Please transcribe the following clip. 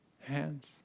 hands